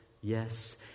yes